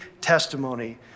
testimony